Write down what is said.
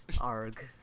Arg